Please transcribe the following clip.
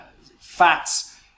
fats